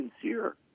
sincere